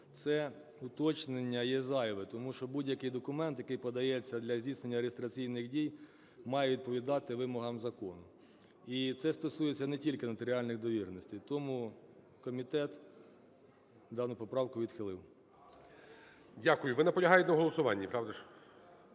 це уточнення є зайве, тому що будь-який документ, який подається для здійснення реєстраційних дій, має відповідати вимогам закону. І це стосується не тільки нотаріальних довіреностей. Тому комітет дану поправку відхилив. Веде засідання Голова Верховної